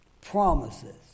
promises